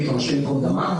השם ייקום דמה.